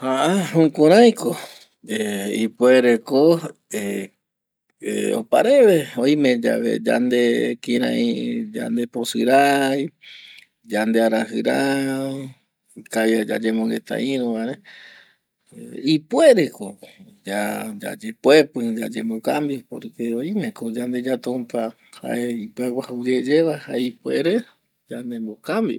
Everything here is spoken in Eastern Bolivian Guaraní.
Jaha jukurai ko ipuere ko opareve oime yave yande kirai yande posɨ rai, yandearajɨ rai, ikavia yayemongueta iru va re ipuereko ya, yayepoepɨ yayemokambio porque oime ko yandeya tumpa jae ipɨaguaju yeye va, jae ipuere yanembokambio